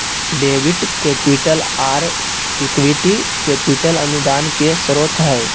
debit capital, आर equity capital अनुदान के स्रोत हय